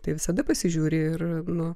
tai visada pasižiūri ir nu